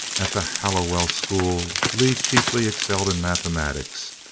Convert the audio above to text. at the hallowell school, lee chiefly excelled in mathematics,